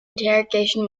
interrogation